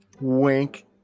wink